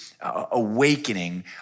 awakening